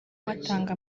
batanga